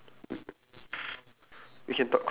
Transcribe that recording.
do we continue talking about this